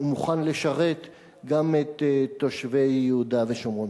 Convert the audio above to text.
ומוכן לשרת גם את תושבי יהודה ושומרון.